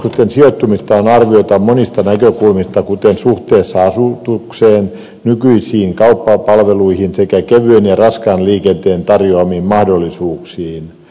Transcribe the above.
kauppakeskusten sijoittumista on arvioitava monista näkökulmista kuten suhteessa asutukseen nykyisiin kauppapalveluihin sekä kevyen ja raskaan liikenteen tarjoamiin mahdollisuuksiin